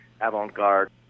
avant-garde